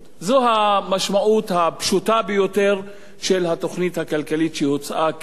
זו המשמעות הפשוטה ביותר של התוכנית הכלכלית שהוצעה כאן.